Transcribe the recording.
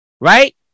Right